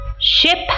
Ship